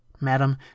Madam